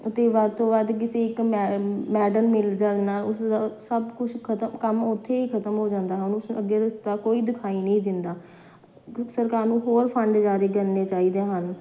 ਅਤੇ ਵੱਧ ਤੋਂ ਵੱਧ ਕਿਸੇ ਇੱਕ ਮੈ ਮੈਡਲ ਮਿਲ ਜਾਣ ਨਾਲ ਉਸ ਦਾ ਸਭ ਕੁਛ ਖ਼ਤਮ ਕੰਮ ਉੱਥੇ ਹੀ ਖ਼ਤਮ ਹੋ ਜਾਂਦਾ ਹਾ ਉਸਨੂੰ ਅੱਗੇ ਰਸਤਾ ਕੋਈ ਦਿਖਾਈ ਨਹੀਂ ਦਿੰਦਾ ਕੁਛ ਸਰਕਾਰ ਨੂੰ ਹੋਰ ਫੰਡ ਜਾਰੀ ਕਰਨੇ ਚਾਹੀਦੇ ਹਨ